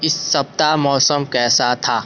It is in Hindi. इस सप्ताह मौसम कैसा था